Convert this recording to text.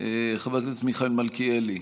חבר הכנסת מיכאל מלכיאלי,